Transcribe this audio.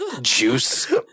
juice